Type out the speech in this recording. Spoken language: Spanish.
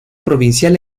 provincial